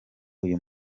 uyu